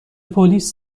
پلیس